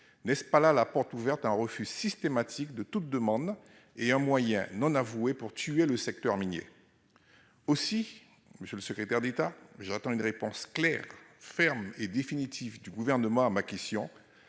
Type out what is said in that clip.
s'agit-il pas là d'une porte ouverte à un refus systématique de toute demande et d'un moyen non avoué de tuer le secteur minier ? Monsieur le secrétaire d'État, j'attends une réponse claire, ferme et définitive du Gouvernement à ma question